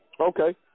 Okay